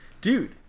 dude